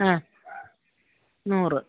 ആ നൂറ്